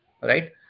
Right